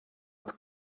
het